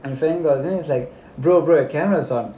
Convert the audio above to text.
my friend calls me and he's like brother brother your camera is on